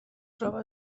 troba